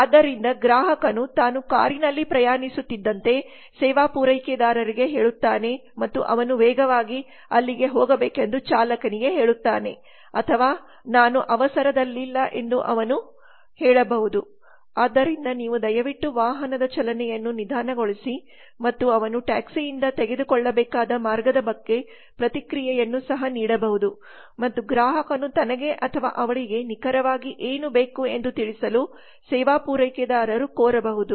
ಆದ್ದರಿಂದ ಗ್ರಾಹಕನು ತಾನು ಕಾರಿನಲ್ಲಿ ಪ್ರಯಾಣಿಸುತ್ತಿದ್ದಂತೆ ಸೇವಾ ಪೂರೈಕೆದಾರರಿಗೆ ಹೇಳುತ್ತಾನೆ ಮತ್ತು ಅವನು ವೇಗವಾಗಿ ಅಲ್ಲಿಗೆ ಹೋಗಬೇಕೆಂದು ಚಾಲಕನಿಗೆ ಹೇಳುತ್ತಾನೆ ಅಥವಾ ನಾನು ಅವಸರದಲ್ಲಿಲ್ಲ ಎಂದು ಅವನು ಹೇಳಬಹುದು ಆದ್ದರಿಂದ ನೀವು ದಯವಿಟ್ಟು ವಾಹನದ ಚಲನೆಯನ್ನು ನಿಧಾನಗೊಳಿಸಿ ಮತ್ತು ಅವನು ಟ್ಯಾಕ್ಸಿಯಿಂದ ತೆಗೆದುಕೊಳ್ಳಬೇಕಾದ ಮಾರ್ಗದ ಬಗ್ಗೆ ಪ್ರತಿಕ್ರಿಯೆಯನ್ನು ಸಹ ನೀಡಬಹುದು ಮತ್ತು ಗ್ರಾಹಕನು ತನಗೆ ಅಥವಾ ಅವಳಿಗೆ ನಿಖರವಾಗಿ ಏನು ಬೇಕು ಎಂದು ತಿಳಿಸಲು ಸೇವಾ ಪೂರೈಕೆದಾರರು ಕೋರಬಹುದು